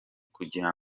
kugira